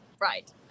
Right